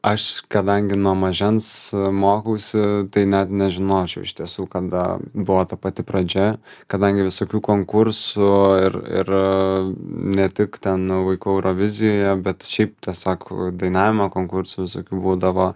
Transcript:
aš kadangi nuo mažens mokausi tai net nežinočiau iš tiesų kada buvo ta pati pradžia kadangi visokių konkursų ir ir ne tik ten vaikų eurovizijoje bet šiaip tiesiog dainavimo konkursų visokių būdavo